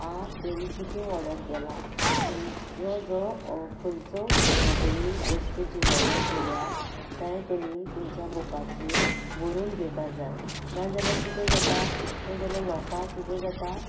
आं तेणी कितें ओर्डर केलां तुमी जो जो खंयचो जेणी वस्तू जी वॉर्डर केल्या तें तुमी तुमच्या बुकाचेर बरोवन घेवपाक जाय ना जाल्यार कितें जाता ना जाल्यार लोकांक कितें जाता